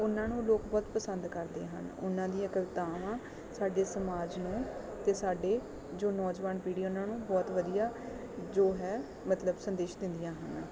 ਉਹਨਾਂ ਨੂੰ ਲੋਕ ਬਹੁਤ ਪਸੰਦ ਕਰਦੇ ਹਨ ਉਹਨਾਂ ਦੀਆਂ ਕਵਿਤਾਵਾਂ ਸਾਡੇ ਸਮਾਜ ਨੂੰ ਅਤੇ ਸਾਡੇ ਜੋ ਨੌਜਵਾਨ ਪੀੜ੍ਹੀ ਉਹਨਾਂ ਨੂੰ ਬਹੁਤ ਵਧੀਆ ਜੋ ਹੈ ਮਤਲਬ ਸੰਦੇਸ਼ ਦਿੰਦੀਆਂ ਹਨ